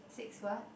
six what